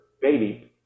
baby